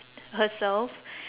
herself